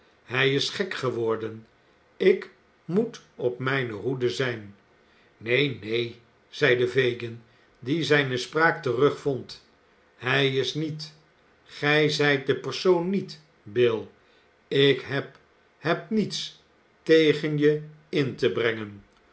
hij is gek geworden ik moet op mijne hoede zijn neen neen zeide fagin die zijne spraak terugvond hij is niet gij zijt de persoon niet bill ik heb heb niets tegen je in te brengen